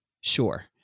Sure